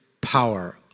power